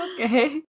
Okay